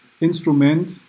instrument